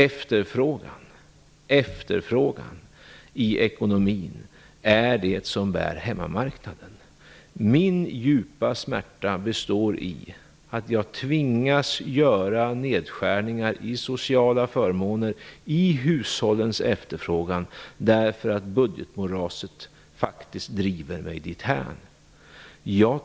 Efterfrågan i ekonomin är det som bär upp hemmamarknaden. Min djupa smärta består i att jag tvingas göra nedskärningar i sociala förmåner, i hushållens efterfrågan, därför att budgetmoraset faktiskt driver mig dithän.